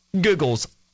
Google's